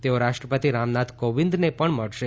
તેઓ રાષ્ટ્રપતિ રામનાથ કોવિંદને પણ મળશે